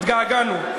התגעגענו.